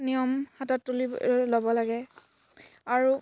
নিয়ম হাতত তুলি ল'ব লাগে আৰু